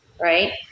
right